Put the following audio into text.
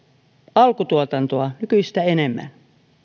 alkutuotantoa nykyistä enemmän